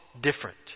different